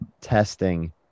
testing